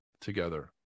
together